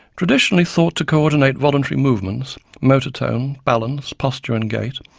traditionally thought to coordinate voluntary movements, motor tone, balance, posture and gait,